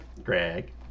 greg